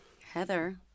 Heather